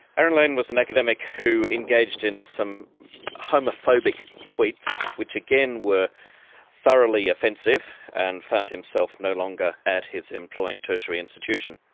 aaron lane was an academic who engaged in some homophobic tweets, which again were thoroughly offensive, and found himself no longer at his employing tertiary institution.